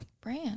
brand